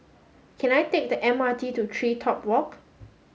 can I take the M R T to TreeTop Walk